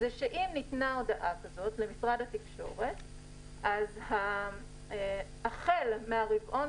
שאם ניתנה הודעה כזו למשרד התקשורת אז החל מהרבעון